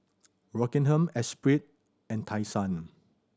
Rockingham Esprit and Tai Sun